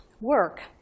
work